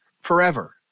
forever